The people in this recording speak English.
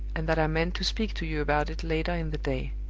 and that i meant to speak to you about it later in the day.